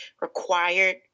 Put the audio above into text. required